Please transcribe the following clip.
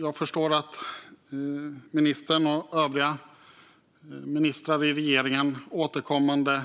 Jag förstår att ministern och övriga ministrar i regeringen återkommande